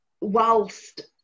Whilst